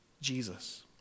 Jesus